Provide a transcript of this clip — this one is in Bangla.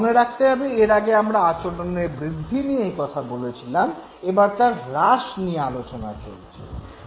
মনে রাখতে হবে এর আগে আমরা আচরণের বৃদ্ধি নিয়ে কথা বলছিলাম এবার তার হ্রাস নিয়ে আলোচনা চলছে